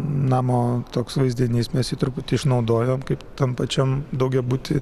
namo toks vaizdinys mes jį truputį išnaudojom kaip tam pačiam daugiabuty